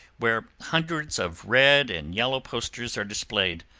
where hundreds of red and yellow posters are displayed.